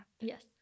yes